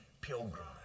pilgrim